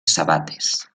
sabates